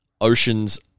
Ocean's